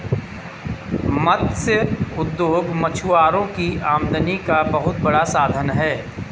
मत्स्य उद्योग मछुआरों की आमदनी का बहुत बड़ा साधन है